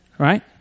right